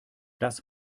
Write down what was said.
das